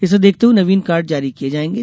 इसे देखते हुए नवीन कार्ड जारी किये जायेंगे